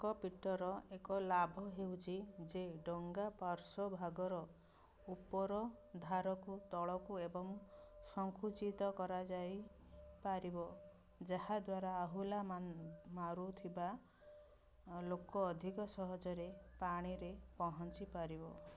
କକପିଟ୍ର ଏକ ଲାଭ ହେଉଛି ଯେ ଡ଼ଙ୍ଗା ପାର୍ଶ୍ୱଭାଗର ଉପରଧାରକୁ ତଳକୁ ଏବଂ ସଙ୍କୁଚିତ କରାଯାଇ ପାରିବ ଯାହାଦ୍ୱାରା ଆହୁଲା ମାରୁଥିବା ଲୋକ ଅଧିକ ସହଜରେ ପାଣିରେ ପହଞ୍ଚି ପାରିବ